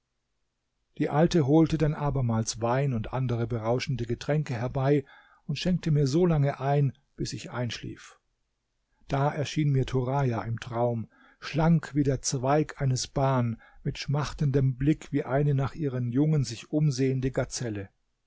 die alte holte dann abermals wein und andere berauschende getränke herbei und schenkte mir solange ein bis ich einschlief da erschien mir turaja im traum schlank wie der zweig eines ban mit schmachtendem blick wie eine nach ihren jungen sich umsehende gazelle